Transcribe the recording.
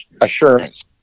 assurance